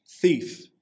Thief